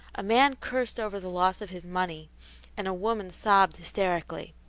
a man cursed over the loss of his money and a woman sobbed hysterically.